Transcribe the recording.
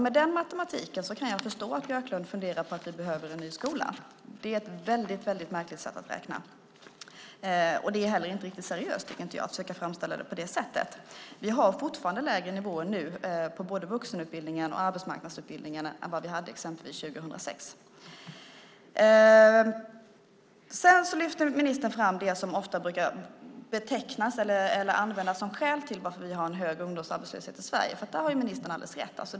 Med den matematiken kan jag förstå att Björklund funderar på att vi behöver en ny skola. Det är ett väldigt märkligt sätt att räkna, och det är heller inte riktigt seriöst att försöka framställa det på det sättet. Vi har fortfarande lägre nivåer nu på både vuxenutbildningen och arbetsmarknadsutbildningarna än vi hade exempelvis 2006. Ministern lyfter fram det som ofta brukar betecknas eller användas som skäl till att vi har en hög ungdomsarbetslöshet i Sverige. Där har ministern alldeles rätt.